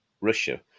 Russia